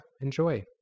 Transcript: enjoy